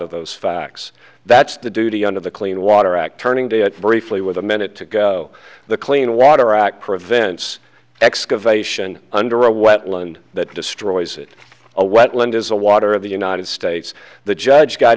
of those facts that's the duty under the clean water act turning to it briefly with a minute to go the clean water act prevents excavation under a wetland that destroys it a wetland is a water of the united states the judge got